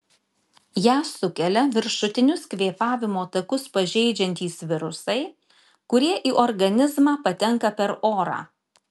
ją sukelia viršutinius kvėpavimo takus pažeidžiantys virusai kurie į organizmą patenka per orą